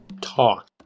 Talk